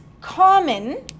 common